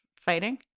fighting